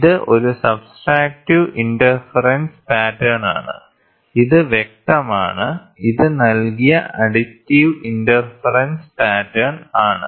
ഇത് ഒരു subtractive interference pattern ആണ് ഇത് വ്യക്തമാണ് ഇത് നൽകിയ അഡിക്റ്റിവ് ഇന്റർഫെറെൻസ് പാറ്റേൺ ആണ്